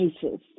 cases